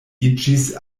iĝis